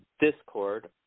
discord